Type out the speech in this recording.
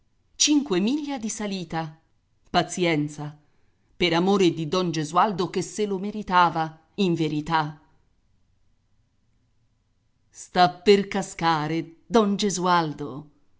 cinque miglia di salita pazienza per amore di don gesualdo che se lo meritava in verità sta per cascare don gesualdo